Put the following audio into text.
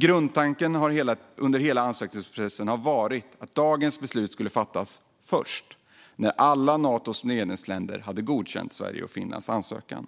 Grundtanken under hela ansökningsprocessen har varit att detta beslut skulle fattas först efter att alla Natos medlemsstater godkänt Sveriges och Finlands ansökan.